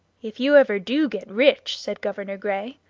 if you ever do get rich, said governor gray,